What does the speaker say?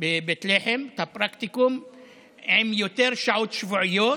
בבית לחם, את הפרקטיקום עם יותר שעות שבועיות,